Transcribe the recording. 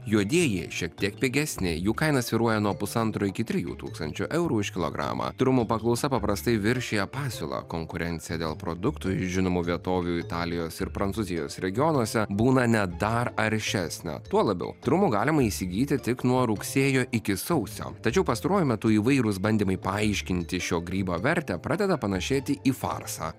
juodieji šiek tiek pigesni jų kaina svyruoja nuo pusantro iki trijų tūkstančių eurų už kilogramą trumų paklausa paprastai viršija pasiūlą konkurencija dėl produktų iš žinomų vietovių italijos ir prancūzijos regionuose būna net dar aršesnė tuo labiau trumų galima įsigyti tik nuo rugsėjo iki sausio tačiau pastaruoju metu įvairūs bandymai paaiškinti šio grybo vertę pradeda panašėti į farsą